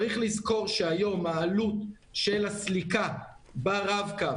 צריך לזכור שהיום העלות של הסליקה ברב-קו